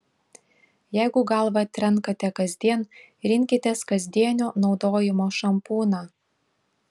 jeigu galvą trenkate kasdien rinkitės kasdienio naudojimo šampūną